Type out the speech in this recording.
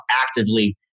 actively